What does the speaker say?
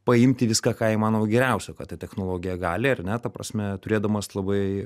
paimti viską ką įmanoma geriausio ką ta technologija gali ar ne ta prasme turėdamas labai